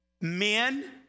Men